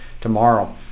tomorrow